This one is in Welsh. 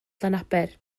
llanaber